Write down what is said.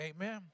amen